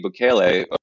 Bukele